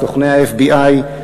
סוכני ה-FBI,